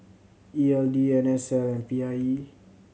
E L D N S L and P I E